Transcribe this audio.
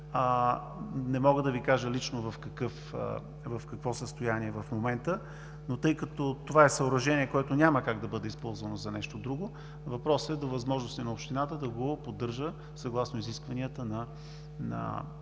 Не мога да Ви кажа лично в какво състояние е в момента, но тъй като това е съоръжение, което няма как да бъде използвано за нещо друго, въпросът е до възможности на общината да го поддържа съгласно изискванията на Програмата